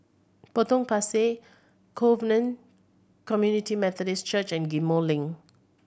Potong Pasir Covenant Community Methodist Church and Ghim Moh Link